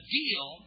deal